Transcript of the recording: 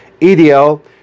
EDL